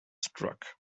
struck